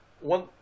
one